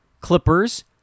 Clippers